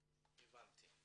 המשפחה מבת ים